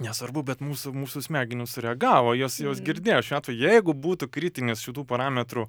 nesvarbu bet mūsų mūsų smegenys sureagavo jos jos girdėjo šiuo atveju jeigu būtų kritinis šitų parametrų